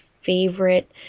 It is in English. favorite